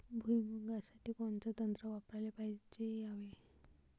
भुइमुगा साठी कोनचं तंत्र वापराले पायजे यावे?